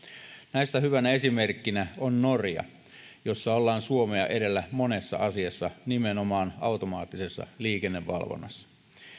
näistä hyvänä esimerkkinä on norja jossa ollaan suomea edellä monessa asiassa nimenomaan automaattisessa liikennevalvonnassa